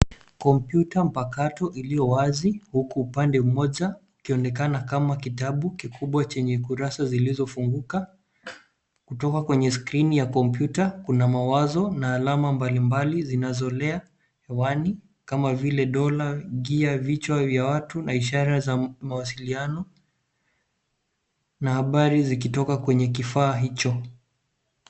Kompyuta mpakato iliyowazi, huku upande moja ikonekana kama kitabu kikubwa chenye ukurasa zilizofunguka. Kutoka kwenye skrini ya kompyuta, kuna mawazo na alama mbalimbali zinazolea hewani kama vile dola, gia, vichwa vya watu na ishara za mawasiliano na habari zikitoka kwenye kifaa hicho.